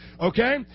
Okay